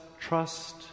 trust